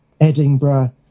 edinburgh